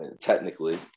technically